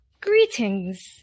Greetings